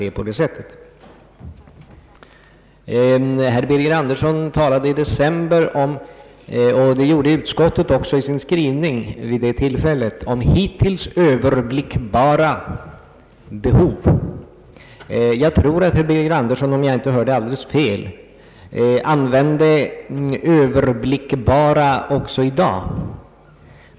Herr Birger Andersson talade i december om — och det gjorde även utskottet i sin skrivning vid det tillfället — ”hittills överblickbara behov”. Om jag inte hörde alldeles fel använde herr Birger Andersson ordet ”överblickbara” också i dag.